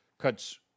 cuts